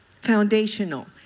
foundational